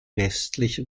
westliche